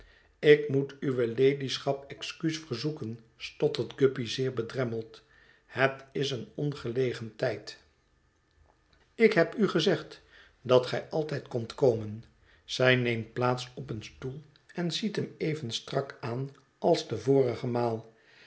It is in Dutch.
ik moet uwe ladyschap excuus verzoeken stottert guppy zeer bedremmeld het is een ongelegen tijd ik heb u gezegd dat gij altijd kondt komen zij neemt plaats op een stoel en ziet hem even strak aan als de vorige maal